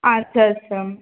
আচ্ছা আচ্ছা